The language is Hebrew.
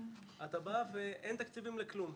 אתה בא ואין תקציבים לכלום.